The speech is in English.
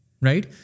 right